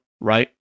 right